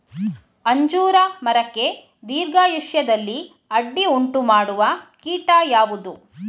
ಅಂಜೂರ ಮರಕ್ಕೆ ದೀರ್ಘಾಯುಷ್ಯದಲ್ಲಿ ಅಡ್ಡಿ ಉಂಟು ಮಾಡುವ ಕೀಟ ಯಾವುದು?